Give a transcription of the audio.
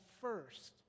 first